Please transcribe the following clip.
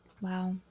Wow